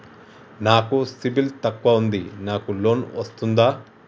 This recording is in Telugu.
నాకు సిబిల్ తక్కువ ఉంది నాకు లోన్ వస్తుందా?